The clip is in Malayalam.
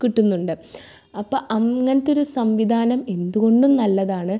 കിട്ടുന്നുണ്ട് അപ്പം അങ്ങനത്തെയൊരു സംവിധാനം എന്തുകൊണ്ടും നല്ലതാണ്